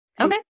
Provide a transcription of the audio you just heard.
Okay